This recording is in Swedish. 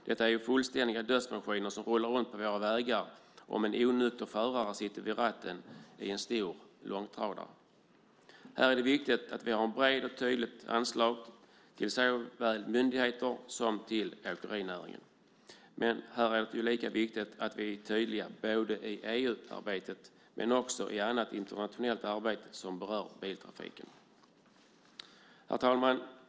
Det är ju fullständiga dödsmaskiner som rullar runt på våra vägar om en onykter förare sitter vid ratten till en stor långtradare. Det är viktigt att vi har ett brett och tydligt anslag till såväl myndigheterna som åkerinäringen. Men det är lika viktigt att vi är tydliga både i EU-arbetet och i annat internationellt arbete som berör biltrafiken. Herr talman!